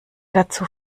dazu